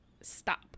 Stop